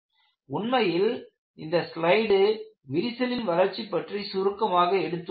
உண்மையில்இந்த slide விரிசலின் வளர்ச்சி பற்றி சுருக்கமாக எடுத்துரைக்கிறது